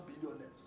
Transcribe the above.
billionaires